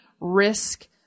risk